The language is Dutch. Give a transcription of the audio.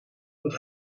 dat